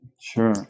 Sure